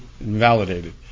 invalidated